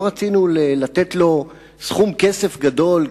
לא רצינו לתת לו סכום כסף גדול,